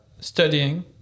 studying